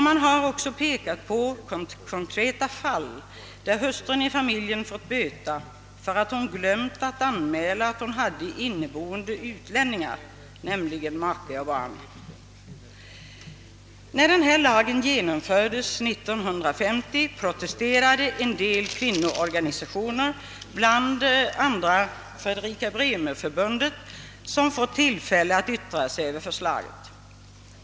Man har också pekat på konkreta fall där hustrun i familjen fått böta för att hon glömt anmäla att hon hade inneboende utlänningar, nämligen make och barn. När denna lag genomfördes 1950 protesterade en del kvinnoorganisationer, bl.a. Fredrika Bremer-förbundet, som fått tillfälle att yttra sig över förslaget.